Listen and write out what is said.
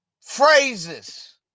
phrases